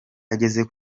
ageze